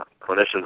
clinicians